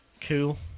Cool